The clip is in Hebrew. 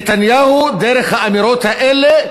נתניהו, דרך האמירות האלה,